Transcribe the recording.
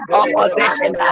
opposition